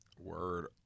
Word